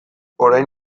orain